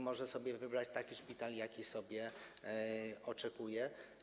Może sobie wybrać taki szpital, jakiego oczekuje.